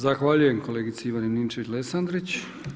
Zahvaljujem kolegici Ivani Ninčević-Lesandrić.